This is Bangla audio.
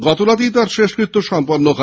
গতরাতেই তাঁর শেষকৃত্য সম্পন্ন হয়